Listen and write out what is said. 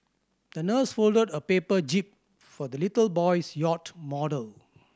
the nurse folded a paper jib for the little boy's yacht model